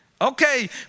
Okay